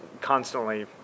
constantly